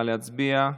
נא להצביע,